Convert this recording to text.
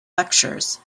lectures